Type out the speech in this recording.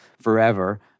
forever